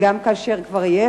וגם כאשר כבר יש,